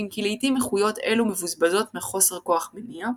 אם כי לעיתים איכויות אלו מבוזבזות מחוסר כוח מניע.